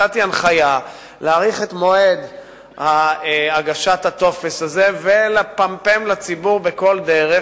נתתי הנחיה להאריך את מועד הגשת הטופס הזה ולפמפם לציבור בכל דרך,